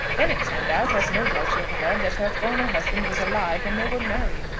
then it turned out, as no doubt you have heard, that her former husband was alive when they were married.